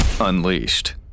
Unleashed